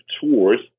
tours